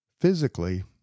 physically